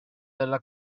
della